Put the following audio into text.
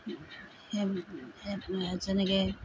সেই সেই যেনেকৈ